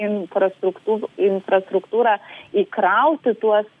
infrastruktū infrastruktūrą įkrauti tuos